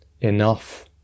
enough